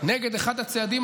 נגד אחד הצעדים,